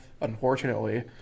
unfortunately